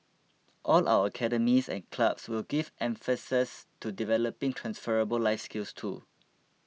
all our academies and clubs will give emphases to developing transferable life skills too